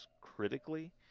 critically